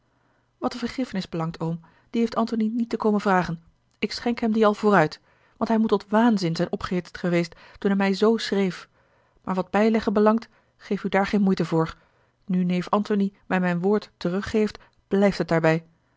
wat de vergiffenis belangt oom die heeft antony niet te komen vragen ik schenk hem die al vooruit want hij moet tot waanzin zijn opgehitst geweest toen hij mij z schreef maar wat bijleggen belangt geef u daar geene moeite voor nu neef antony mij mijn woord teruggeeft blijft het daarbij